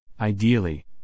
Ideally